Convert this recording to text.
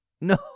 No